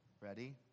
Ready